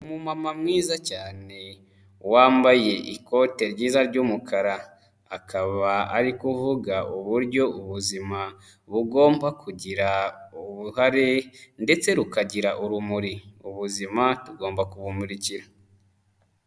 Umumama mwiza cyane wambaye ikote ryiza ry'umukara akaba ari kuvuga uburyo ubuzima bugomba kugira uruhare ndetse rukagira urumuri ubuzima tugomba kubumurikira.